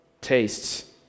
tastes